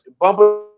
bumper